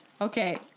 Okay